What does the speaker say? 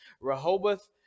rehoboth